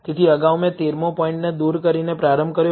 તેથી અગાઉ મેં 13 મો પોઇન્ટને દૂર કરીને પ્રારંભ કર્યો